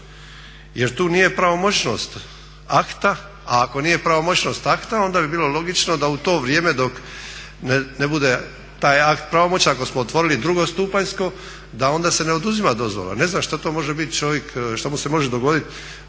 Jer tu nije pravomoćnost akata, a ako nije pravomoćnost akta onda bi bilo logično da u to vrijeme dok ne bude taj akt pravomoćan, ako smo otvorili drugostupanjsko da onda se ne oduzima dozvola. Ne znam šta to može biti